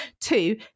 Two